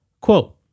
Quote